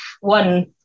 one